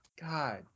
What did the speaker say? God